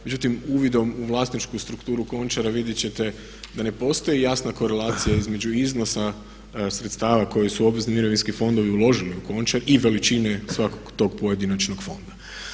Međutim, uvidom u vlasničku strukturu Končara vidjet ćete da ne postoji jasna korelacija između iznosa sredstava koji su obvezni mirovinski fondovi uložili u Končar i veličine svakog tog pojedinačnog fonda.